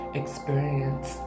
experience